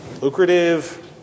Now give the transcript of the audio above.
lucrative